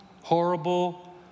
horrible